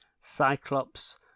Cyclops